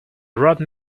robbed